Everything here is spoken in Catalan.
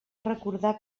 recordar